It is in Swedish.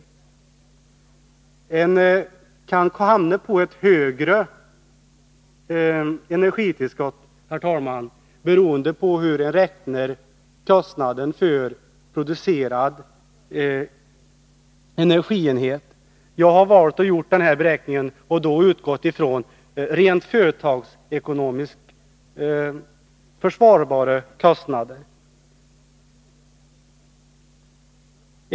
Man kan, herr talman, hamna på ett högre energitillskott beroende på hur man räknar kostnaden för producerad energienhet. I min beräkning har jag utgått från rent företagsekonomiskt försvarbara kostnader.